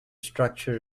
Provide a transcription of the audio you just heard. structure